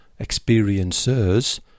experiencers